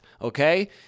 okay